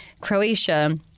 Croatia